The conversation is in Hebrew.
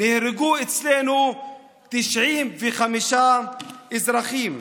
ונהרגו אצלנו 95 אזרחים.